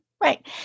Right